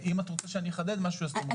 אם את רוצה שאני אחדד משהו, תאמרי לי.